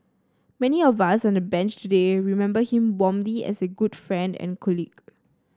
many of us on the Bench today remember him warmly as a good friend and colleague